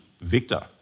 Victor